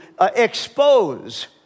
expose